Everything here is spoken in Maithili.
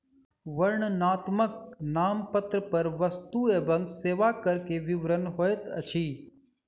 वर्णनात्मक नामपत्र पर वस्तु एवं सेवा कर के विवरण होइत अछि